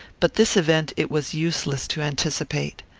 but this event it was useless to anticipate.